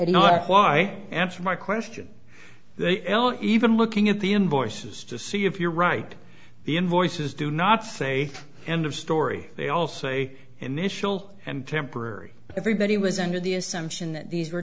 not why answer my question the a l even looking at the invoices to see if you're right the invoices do not say end of story they all say initial and temporary everybody was under the assumption that these were